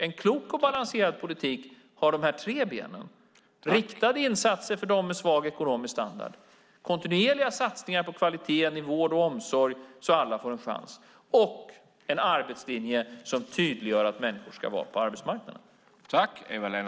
En klok och balanserad politik har dessa tre ben: riktade insatser för dem med svag ekonomisk standard, kontinuerliga satsningar på kvaliteten i vård och omsorg så att alla får en chans och en arbetslinje som tydliggör att människor ska vara på arbetsmarknaden.